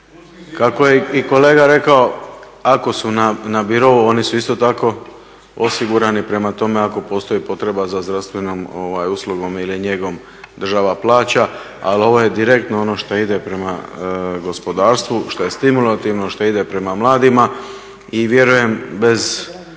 kako je i kolega rekao ako su na birou oni su isto tako osigurani. Prema tome, ako postoji potreba za zdravstvenom uslugom ili njegom država plaća. Ali ovo je direktno ono što ide prema gospodarstvu, što je stimulativno, što ide prema mladima i vjerujem bez,